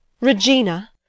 Regina